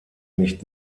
nicht